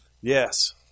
Yes